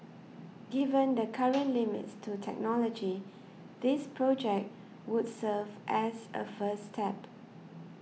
given the current limits to technology this project would serve as a first step